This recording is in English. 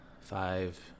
five